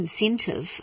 incentive